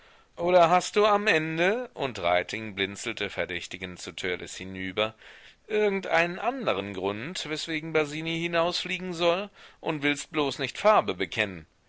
oder hast du am ende und reiting blinzelte verdächtigend zu törleß hinüber irgendeinen anderen grund weswegen basini hinausfliegen soll und willst bloß nicht farbe bekennen